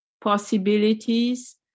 possibilities